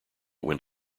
went